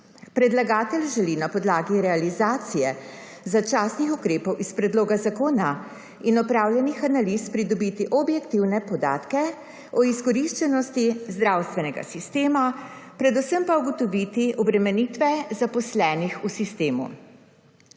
Predlagatelj želi na podlagi realizacije začasnih ukrepov iz predloga zakona in opravljenih analiz pridobiti objektivne podatke o izkoriščenosti zdravstvenega sistema, predvsem pa ugotoviti obremenitve zaposlenih v sistemu.